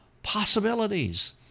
possibilities